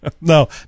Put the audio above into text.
no